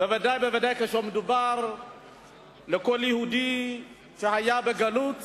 ודאי וודאי כשמדובר בכל יהודי שהיה בגלות